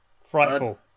Frightful